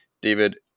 David